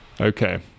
Okay